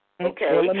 Okay